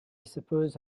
suppose